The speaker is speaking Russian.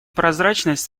прозрачность